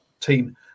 team